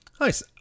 Nice